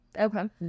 Okay